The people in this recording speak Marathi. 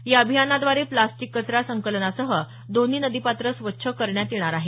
या अभियानाद्वारे प्लास्टिक कचरा संकलनासह दोन्ही नदीपात्र स्वच्छ करण्यात येणार आहेत